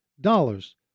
dollars